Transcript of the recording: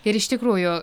ir iš tikrųjų